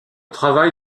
travail